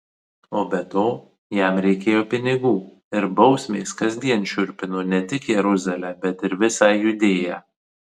o be to jam reikėjo pinigų ir bausmės kasdien šiurpino ne tik jeruzalę bet ir visą judėją